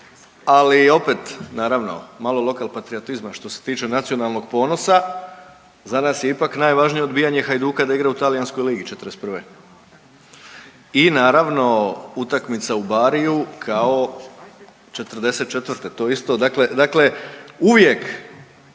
ali opet naravno malo lokalpatriotizma, što se tiče nacionalnog ponosa za nas je ipak najvažnije odbijanje Hajduka da igra u Talijanskoj ligi '41. i naravno utakmica u Bariu kao '44., dakle uvijek